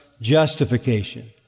justification